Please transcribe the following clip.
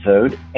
episode